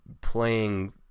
playing